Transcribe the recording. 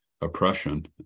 oppression